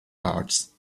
arts